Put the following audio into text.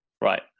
Right